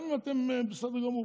גם אם אתם בסדר גמור.